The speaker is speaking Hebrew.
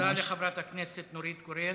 תודה לחברת הכנסת נורית קורן.